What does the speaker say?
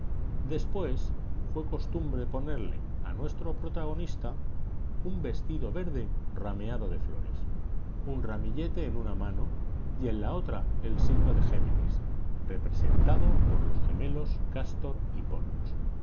después fue costumbre ponerle a nuestro protagonista un vestido verde rameado de flores un ramillete en una mano y en la otra el signo de géminis representado por los gemelos cástor y pólux